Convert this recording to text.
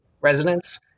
residents